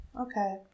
Okay